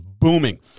booming